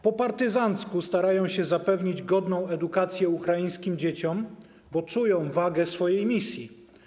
Po partyzancku starają się zapewnić godną edukacje ukraińskim dzieciom, bo czują wagę swojej misji.